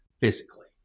physically